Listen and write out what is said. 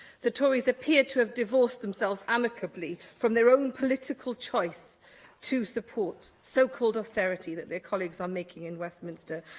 the tories appear to have divorced themselves amicably from their own political choice to support the so-called austerity that their colleagues are making in westminster,